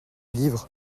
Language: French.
livre